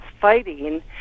fighting